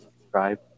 subscribe